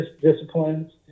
disciplines